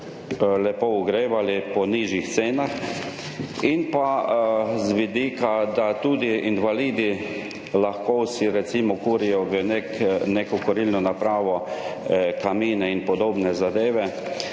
lepo ogrevali po nižjih cenah. In pa z vidika, da tudi invalidi lahko si recimo kurijo v nek, neko kurilno napravo, kamine in podobne zadeve,